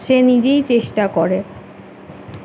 সে নিজেই চেষ্টা করে